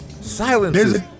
Silences